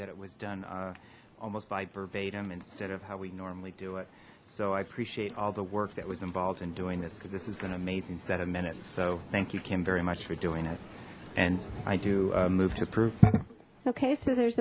that it was done almost by verbatim instead of how we normally do it so i appreciate all the work that was involved in doing this because this is an amazing set of minutes so thank you kim very much for doing it and i do move to proof okay so there's